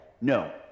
No